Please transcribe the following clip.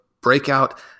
breakout